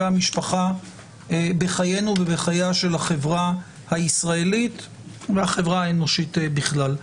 המשפחה בחיינו ובחייה של החברה הישראלית והחברה האנושית בכלל.